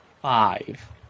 Five